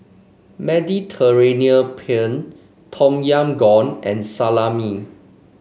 Mediterranean Penne Tom Yam Goong and Salami